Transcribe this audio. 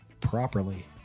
properly